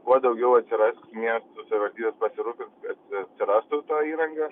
kuo daugiau atsiras miestų savivaldybės pasirūpins kad atsirastų ta įranga